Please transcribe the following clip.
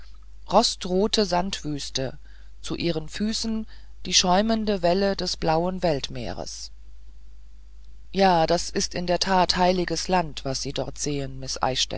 rostrote sandwüste zu ihren füßen die schäumende schwelle des blauen weltmeeres ja das ist in der tat heiliges land was sie dort sehen